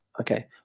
okay